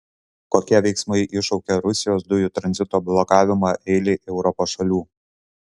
kokie veiksmai iššaukė rusijos dujų tranzito blokavimą eilei europos šalių